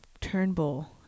Turnbull